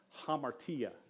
hamartia